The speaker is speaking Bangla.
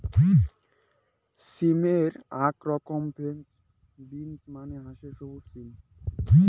সিমের আক রকম ফ্রেঞ্চ বিন্স মানে হসে সবুজ সিম